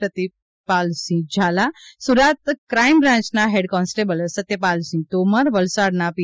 Pratipalsinh Jhada Surat crime બ્રાન્ચના head constable Satyapalsinh Tomar વલસાડના પી